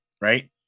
right